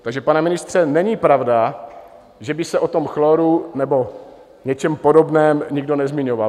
Takže, pane ministře, není pravda, že by se o tom chloru nebo něčem podobném nikdo nezmiňoval.